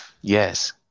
Yes